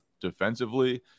defensively